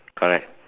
correct